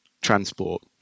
transport